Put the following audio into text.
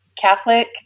Catholic